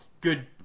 good